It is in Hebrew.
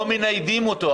לא מניידים אותו.